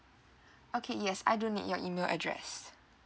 okay yes I do need your email address